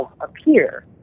appear